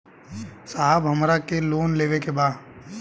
साहब हमरा के लोन लेवे के बा